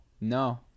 No